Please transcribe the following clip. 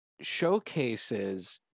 showcases